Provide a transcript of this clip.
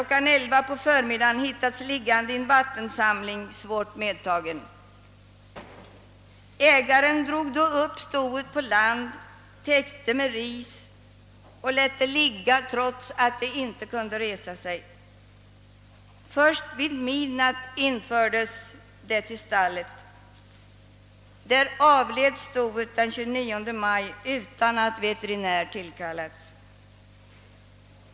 11.00 på förmiddagen hittats liggande i en vattensamling, svårt medtaget. ägaren drog då upp stoet på land, täckte det med ris och lät det ligga trots att det inte kunde resa sig. Först vid midnatt infördes det till stallet. Där dog stoet den 29 mars utan att veterinär tillkallats.